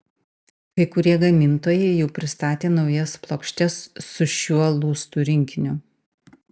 kai kurie gamintojai jau pristatė naujas plokštes su šiuo lustų rinkiniu